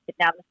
down